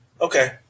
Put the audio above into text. okay